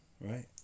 right